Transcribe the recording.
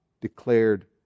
Declared